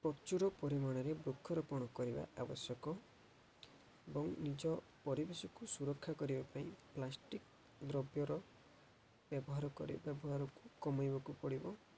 ପ୍ରଚୁର ପରିମାଣରେ ବୃକ୍ଷରୋପଣ କରିବା ଆବଶ୍ୟକ ଏବଂ ନିଜ ପରିବେଶକୁ ସୁରକ୍ଷା କରିବା ପାଇଁ ପ୍ଲାଷ୍ଟିକ୍ ଦ୍ରବ୍ୟର ବ୍ୟବହାର କରିବା ବ୍ୟବହାରକୁ କମେଇବାକୁ ପଡ଼ିବ